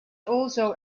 also